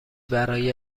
برای